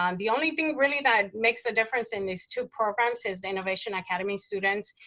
um the only thing, really, that makes a difference in these two programs is innovation academy students,